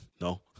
No